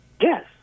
Yes